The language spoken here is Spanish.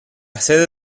sede